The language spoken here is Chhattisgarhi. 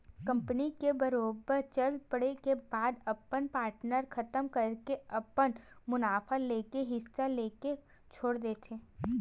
कंपनी के बरोबर चल पड़े के बाद अपन पार्टनर खतम करके अपन मुनाफा लेके हिस्सा लेके छोड़ देथे